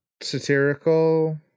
satirical